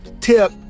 tip